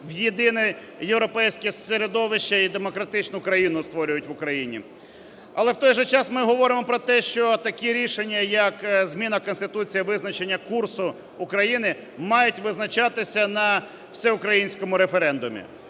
в єдине європейське середовище і демократичну країну створюють в Україні. Але в той же час ми говоримо про те, що такі рішення, як зміна Конституції, визначення курсу України мають визначатися на всеукраїнському референдумі.